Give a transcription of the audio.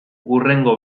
hurrengo